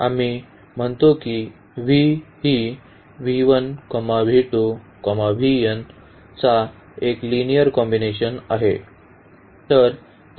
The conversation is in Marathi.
आम्ही म्हणतो की V ही चा एक लिनिअर कॉम्बिनेशन आहे